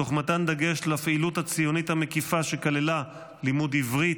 תוך מתן דגש לפעילות הציונית המקיפה שכללה לימוד עברית,